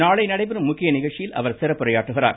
நாளை நடைபெறும் முக்கிய நிகழ்ச்சியில் அவர் சிறப்புரையாற்றுகிறார்